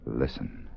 Listen